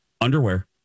underwear